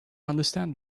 understand